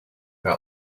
out